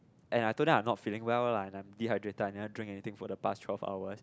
and I told them I am not feeling well lah and I dehydrated I never drink anything for the past twelve hours